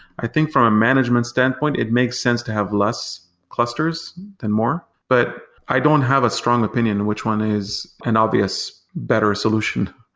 i think from a management standpoint, it makes sense to have less clusters than more, but i don't have a strong opinion which one is an obvious better solution.